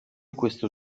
questo